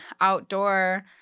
outdoor